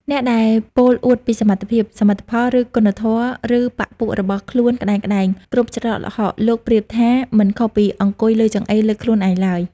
អ្នកដែលពោលអួតពីសមត្ថភាព សមិទ្ធផល និងគុណធម៌ឬបក្សពួករបស់ខ្លួនក្ដែងៗគ្រប់ច្រកល្ហក លោកប្រៀបថា មិនខុសពីអង្គុយលើចង្អេរលើកខ្លួនឯងឡើយ។